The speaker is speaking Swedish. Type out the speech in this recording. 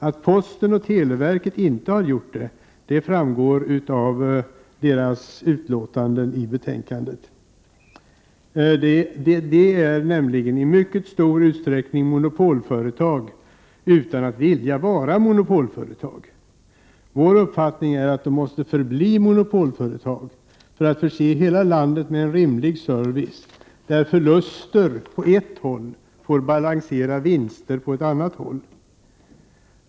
Att posten och televerket inte gör det framgår av deras utlåtanden i betänkandet. De är nämligen i mycket stor utsträckning monopolföretag utan att vilja vara monopolföretag. Vår uppfattning är att de måste förbli monopolföretag för att förse hela landet med en rimlig service, där förluster på ett håll får balansera vinster på ett annat håll.